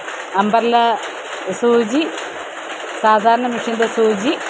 അമ്പർല സൂചി സാധാരണ മിഷ്യൻ്റെ സൂചി